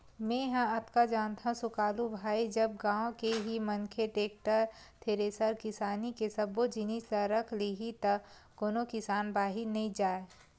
मेंहा अतका जानथव सुकालू भाई जब गाँव के ही मनखे टेक्टर, थेरेसर किसानी के सब्बो जिनिस ल रख लिही त कोनो किसान बाहिर नइ जाय